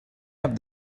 have